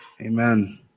Amen